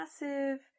massive